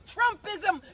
Trumpism